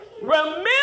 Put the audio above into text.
Remember